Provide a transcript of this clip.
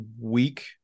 week